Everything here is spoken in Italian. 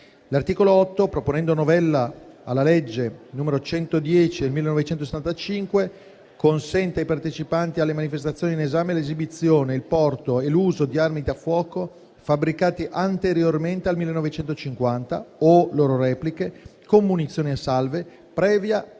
L'articolo 8, proponendo novella alla legge n. 110 del 1965, consente ai partecipanti alle manifestazioni in esame l'esibizione, il porto e l'uso di armi da fuoco fabbricate anteriormente al 1950 (o loro repliche) con munizioni a salve, previa